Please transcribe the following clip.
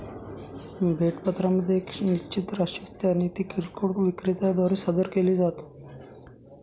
भेट पत्रामध्ये एक निश्चित राशी असते आणि ती किरकोळ विक्रेत्या द्वारे सादर केली जाते